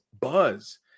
buzz